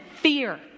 fear